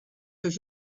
seus